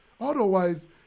Otherwise